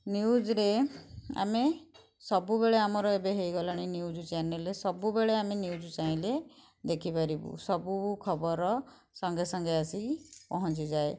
ନ୍ୟୁଜ୍ରେ ଆମେ ସବୁବେଳେ ଆମର ଏବେ ହୋଇଗଲାଣି ନ୍ୟୁଜ୍ ଚ୍ୟାନେଲ୍ ସବୁବେଳେ ଆମେ ନ୍ୟୁଜ୍ ଚାହିଁଲେ ଦେଖିପାରିବୁ ସବୁ ଖବର ସଙ୍ଗେ ସଙ୍ଗେ ଆସିକି ପହଞ୍ଚିଯାଏ